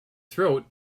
throat